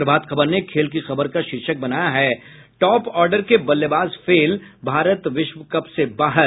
प्रभात खबर ने खेल की खबर का शीर्षक बनाया है टॉप आर्डर के बल्लेबाज फेल भारत विश्व कप से बाहर